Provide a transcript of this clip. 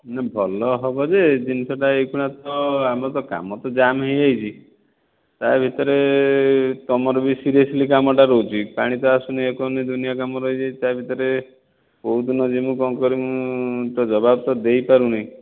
ନା ଭଲ ହେବ ଯେ ଜିନିଷଟା ଏହି କ୍ଷେଣା ଆମର ତ କାମ ତ ଜାମ୍ ହୋଇଯାଇଛି ତା ଭିତରେ ତମର ବି ସିରିୟସଲି କାମଟା ରହୁଛି ପାଣି ତ ଆସୁନି ଏହାକୁ କୁହନ୍ତି ଦୁନିଆ କାମ ରହିଯାଇଛି ତା ଭିତରେ କେଉଁ ଦିନ ଯିବୁ କଣ କରିବୁ ମୁଁ ତ ଜବାବ ତ ଦେଇପାରୁନି